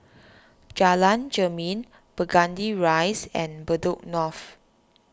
Jalan Jermin Burgundy Rise and Bedok North